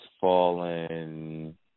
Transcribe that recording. fallen